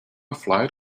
flight